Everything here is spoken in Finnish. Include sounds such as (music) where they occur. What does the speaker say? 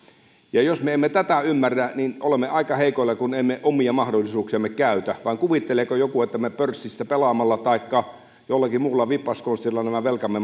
jos me emme tätä ymmärrä niin olemme aika heikoilla kun emme omia mahdollisuuksiamme käytä vai kuvitteleeko joku että me pörssissä pelaamalla taikka jollakin muulla vippaskonstilla nämä velkamme (unintelligible)